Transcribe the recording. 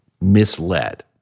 misled